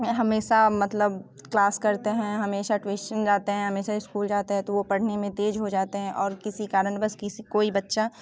हमेशा मतलब क्लास करते हैं हमेशा ट्वीशन जाते हैं हमेशा इस्कूल जाते हैं तो वो पढ़ने में तेज हो जाते हैं और किसी कारणवश कोई बच्चा